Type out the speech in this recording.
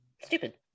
stupid